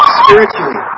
spiritually